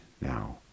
now